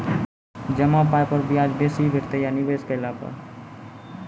जमा पाय पर ब्याज बेसी भेटतै या निवेश केला पर?